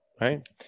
right